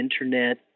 internet